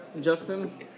Justin